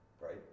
Right